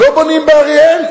לא בונים באריאל.